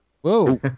Whoa